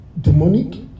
demonic